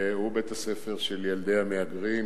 שהוא בית-הספר של ילדי המהגרים,